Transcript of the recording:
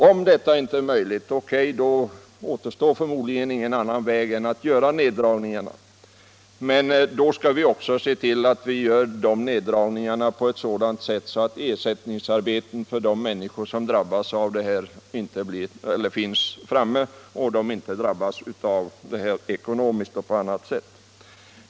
Om detta inte är möjligt — O.K., då återstår förmodligen ingen annan väg än att göra neddragningarna, men då skall vi också se till att ersättningsarbeten finns för de människor som drabbas av nedläggningarna så att de inte blir lidande ekonomiskt eller på annat sätt.